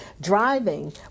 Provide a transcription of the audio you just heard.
driving